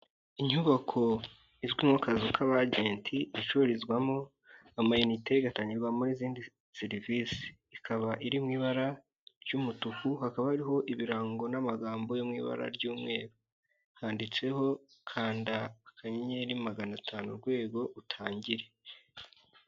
Inyubako izwi mukazu k'abajenti icurizwamo amayinite igatangirwamo n'izindi serivisi ikaba iri mu ibara ry'umutuku, hakaba hariho ibirango n'amagambo yo mu ibara ry'umweru, handitseho kanda akanyenyeri magana atanu urwego utangire.